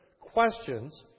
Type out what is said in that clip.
questions